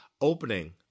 opening